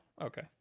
okay